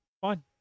Fine